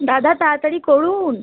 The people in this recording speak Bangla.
দাদা তাড়াতাড়ি করুন